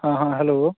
हाँ हाँ हलो